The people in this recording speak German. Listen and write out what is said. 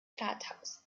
rathaus